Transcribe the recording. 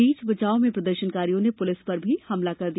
बीच बचाव में प्रदर्शनकारियों ने पुलिस पर ही हमला कर दिया